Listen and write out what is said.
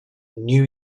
new